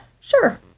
sure